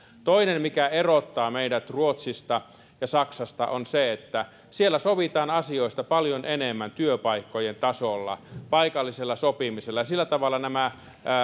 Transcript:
toinen mikä erottaa meidät ruotsista ja saksasta on se että siellä sovitaan asioista paljon enemmän työpaikkojen tasolla paikallisella sopimisella sillä tavalla nämä